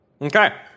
Okay